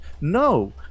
No